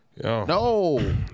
No